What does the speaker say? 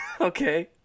Okay